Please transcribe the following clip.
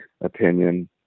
opinion